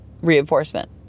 reinforcement